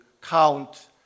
count